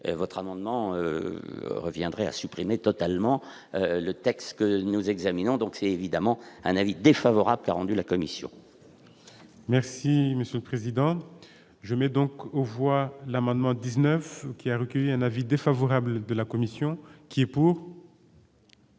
votre amendement, reviendrait à supprimer totalement le texte que nous examinons donc c'est évidemment un avis défavorable à rendu la commission. Merci monsieur le président je mets donc on voit l'amendement 19 qui a recueilli un avis défavorable de la commission qui est pour.